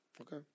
Okay